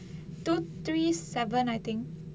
two three seven I think